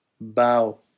bow